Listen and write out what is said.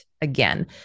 again